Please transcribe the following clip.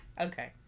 Okay